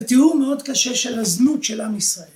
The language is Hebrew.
תיאור מאוד קשה של הזנות של עם ישראל.